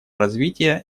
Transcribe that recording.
развитие